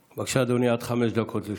בבקשה, אדוני, עד חמש דקות לרשותך.